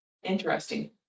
Interesting